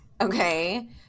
okay